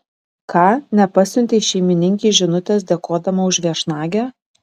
ką nepasiuntei šeimininkei žinutės dėkodama už viešnagę